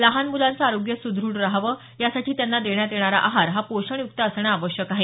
लहान मुलांचं आरोग्य सुद्रढ रहावं यासाठी त्यांना देण्यात येणारा आहार हा पोषण युक्त असणं आवश्यक आहे